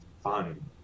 fun